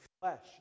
flesh